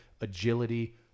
agility